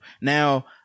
Now